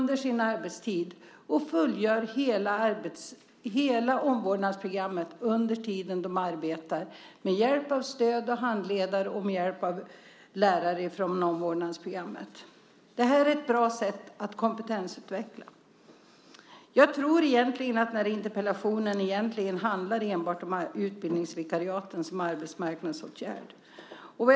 De fullgör hela omvårdnadsprogrammet under tiden de arbetar, med hjälp och stöd av handledare och med hjälp av lärare från omvårdnadsprogrammet. Det är ett bra sätt att kompetensutveckla. Jag tror alltså att den här interpellationen egentligen bara handlar om utbildningsvikariaten som arbetsmarknadsåtgärd.